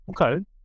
okay